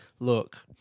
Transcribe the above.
Look